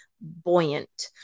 buoyant